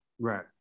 Right